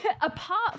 Apart